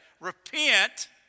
Repent